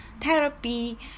therapy